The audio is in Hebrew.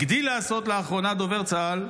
הגדיל לעשות לאחרונה דובר צה"ל,